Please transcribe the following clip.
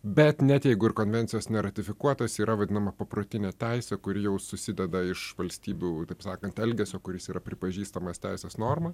bet net jeigu ir konvencijos neratifikuotos yra vadinama paprotinė teisė kuri jau susideda iš valstybių taip sakant elgesio kuris yra pripažįstamas teisės norma